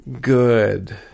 good